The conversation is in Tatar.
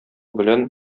белән